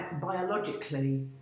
Biologically